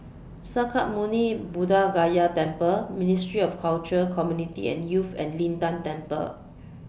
Sakya Muni Buddha Gaya Temple Ministry of Culture Community and Youth and Lin Tan Temple